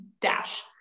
dash